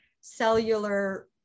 cellular